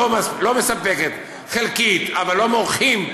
לא מספקת, חלקית, אבל לא מורחים.